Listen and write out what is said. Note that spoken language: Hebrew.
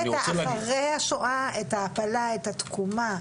זה משקף את אחרי השואה, את העפלה, את התקומה,